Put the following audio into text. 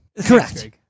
Correct